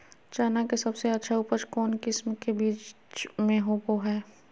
चना के सबसे अच्छा उपज कौन किस्म के बीच में होबो हय?